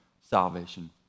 salvation